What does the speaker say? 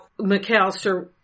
McAllister